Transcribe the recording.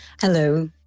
Hello